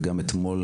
וגם אתמול,